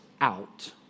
out